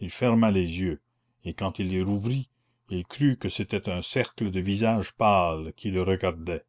il ferma les yeux et quand il les rouvrit il crut que c'était un cercle de visages pâles qui le regardaient